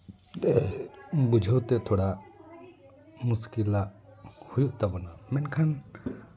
ᱵᱩᱡᱷᱟᱹᱣ ᱛᱮ ᱛᱷᱚᱲᱟ ᱢᱩᱥᱠᱤᱦᱟᱜ ᱦᱩᱭᱩᱜ ᱛᱟᱵᱚᱱᱟ ᱢᱮᱱᱠᱷᱟᱱ